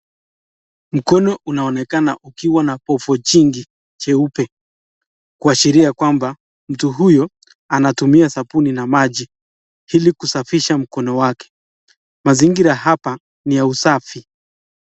Mkono unaonekana ukiwa na pofu jingi jeupe kuashiria kwamba mtu huyu anatumia sabuni na maji ili kusafisha mkono wake, mazingira hapa ni ya usafi.